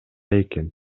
экен